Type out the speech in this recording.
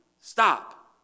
stop